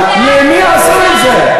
אבל, הוא מתייחס, למי עשו את זה?